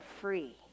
free